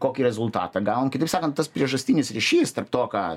kokį rezultatą gavom kitaip sakant tas priežastinis ryšys tarp to ką